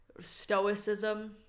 stoicism